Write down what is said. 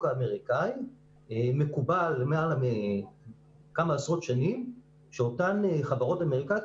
האמריקאי מקובל למעלה מכמה עשרות שנים שאותן חברות אמריקאיות,